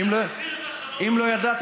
הסכמים היו, שלום לא היה.